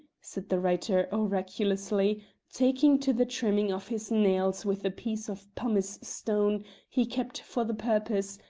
said the writer, oracularly, taking to the trimming of his nails with a piece of pumice-stone he kept for the purpose,